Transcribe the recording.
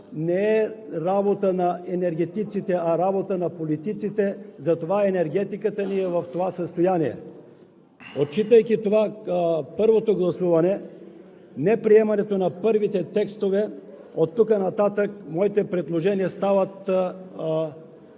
не е работа на енергетиците, а работа на политиците, затова енергетиката ни е в това състояние. Отчитайки първото гласуване – неприемането на първите текстове, оттук нататък моите предложения стават